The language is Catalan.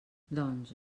doncs